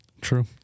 True